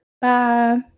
Bye